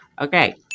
Okay